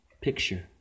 picture